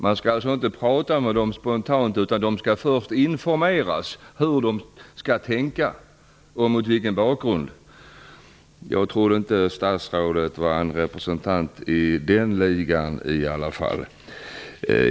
Man skall alltså inte prata med människor spontant, utan de skall först informeras om hur de skall tänka och mot vilken bakgrund. Jag trodde inte att statsrådet var representant för den ligan.